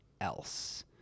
else